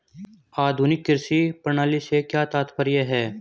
आधुनिक कृषि प्रणाली से क्या तात्पर्य है?